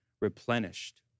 replenished